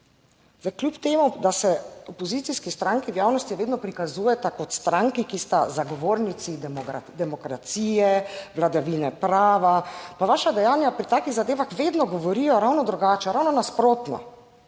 Zdaj kljub temu, da se opozicijski stranki v javnosti vedno prikazujeta kot stranki, ki sta zagovornici demokracije, vladavine prava, pa vaša dejanja pri takih zadevah vedno govorijo ravno drugače, ravno nasprotno.